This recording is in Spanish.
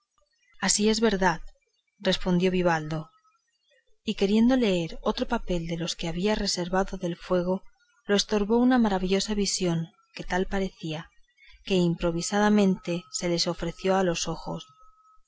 así es la verdad respondió vivaldo y queriendo leer otro papel de los que había reservado del fuego lo estorbó una maravillosa visión que tal parecía ella que improvisamente se les ofreció a los ojos